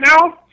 now